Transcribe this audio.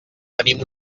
tenim